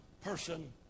person